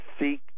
seek